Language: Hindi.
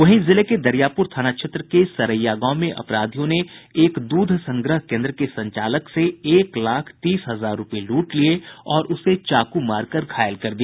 वहीं जिले के दरियापुर थाना क्षेत्र के सरैया गांव में अपराधियों ने एक दूध संग्रह कोन्द्र के संचालक से एक लाख तीस हजार रूपये लूट लिये और उसे चाकू मारकर घायल कर दिया